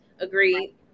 Agreed